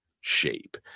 shape